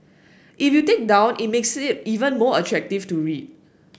if you take down it makes it even more attractive to read